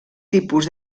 tipus